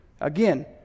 Again